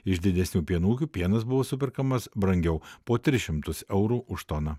iš didesnių pieno ūkių pienas buvo superkamas brangiau po tris šimtus eurų už toną